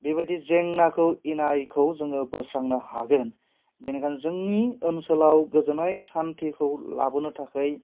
बेबायदि जेंनाखौ इनायखौ जोङो बोस्रांनो हागोन बिनिखायनो जोंनि ओनसोलाव गोजोननाय सान्थिखौ लाबोनो थाखै